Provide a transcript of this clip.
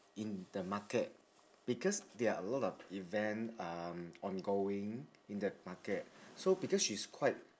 in the market because there are a lot of event uh ongoing in the market so because she's quite